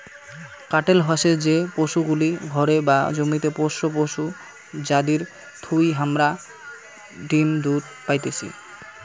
কাটেল হসে যে পশুগুলি ঘরে বা জমিতে পোষ্য পশু যাদির থুই হামারা ডিম দুধ পাইতেছি